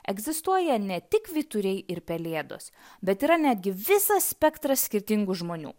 egzistuoja ne tik vyturiai ir pelėdos bet yra netgi visas spektras skirtingų žmonių